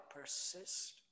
persist